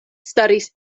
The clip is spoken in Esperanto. staris